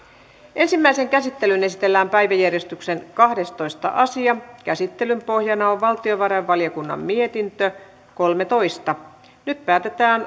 ensimmäiseen käsittelyyn esitellään päiväjärjestyksen kahdestoista asia käsittelyn pohjana on valtiovarainvaliokunnan mietintö kolmetoista nyt päätetään